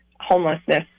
homelessness